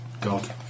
god